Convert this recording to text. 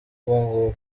ubungubu